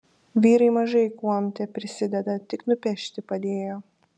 vyrai mažai kuom teprisideda tik nupešti padėjo